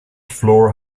floor